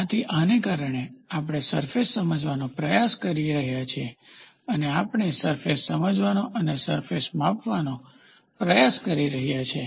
તેથી આને કારણે આપણે સરફેસને સમજવાનો પ્રયાસ કરી રહ્યા છીએ અને આપણે સરફેસને સમજાવાનો અને સરફેસને માપવાનો પ્રયાસ કરી રહ્યા છીએ